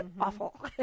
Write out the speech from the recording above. awful